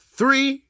three